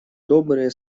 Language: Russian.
добрые